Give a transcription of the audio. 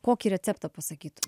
kokį receptą pasakytum